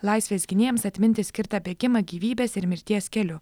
laisvės gynėjams atminti skirtą bėgimą gyvybės ir mirties keliu